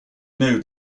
know